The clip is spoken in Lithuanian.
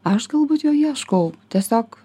aš galbūt jo ieškau tiesiog